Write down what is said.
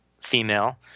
female